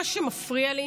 מה שמפריע לי